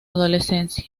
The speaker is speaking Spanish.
adolescencia